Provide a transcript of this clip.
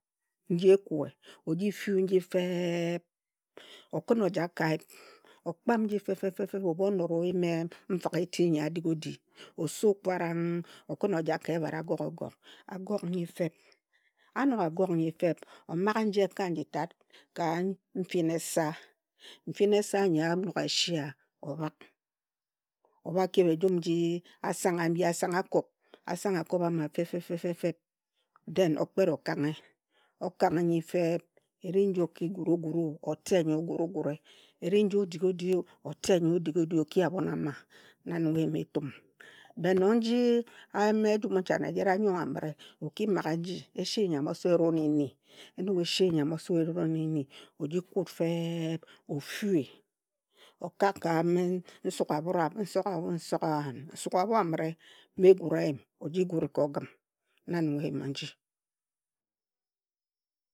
Nji ekue, oji fui nji fe eb, okhin ojak ka ayip, okpam nji fefe feb ebhu onora o yim e nfihk eti nyi adig o di, osu kparang, okhin ojak ka ebhat a goga ogog, a gog nji feb. Anog a gog nji feb, o maghe nji eka, nji tat ka nfin esa. Nfin esa anyi anog a shia, obhak, obha kep ejum nji asanga bi a sangha akop osang akop a ma fe fe feb, then okpet okanghe, okanghe nyi fe eb, eri nji o ki guro guro, o tee nyi ogura o gure. Eri nyi odig o o di o, ote nyi o dig o di oki abhon ama. Na nong eyima e tum. But nong nji ejum nchan, anyong a mire o ki naghe nji eshi nyam oso eroneni. Enog eshi nyam oso eroneni, oji kut fe eb, ofui, o kak ka em esuk abhra nsuka bho a mire mma egura eyim oji gure ka ogim. Na nong eyima nji.